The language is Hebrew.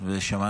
ושמענו,